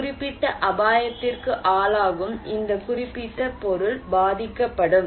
ஒரு குறிப்பிட்ட அபாயத்திற்கு ஆளாகும் இந்த குறிப்பிட்ட பொருள் பாதிக்கப்படும்